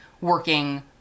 working